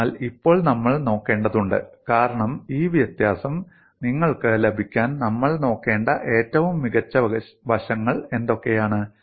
അതിനാൽ ഇപ്പോൾ നമ്മൾ നോക്കേണ്ടതുണ്ട് കാരണം ഈ വ്യത്യാസം നിങ്ങൾക്ക് ലഭിക്കാൻ നമ്മൾ നോക്കേണ്ട ഏറ്റവും മികച്ച വശങ്ങൾ എന്തൊക്കെയാണ്